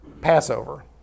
Passover